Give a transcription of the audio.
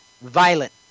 violent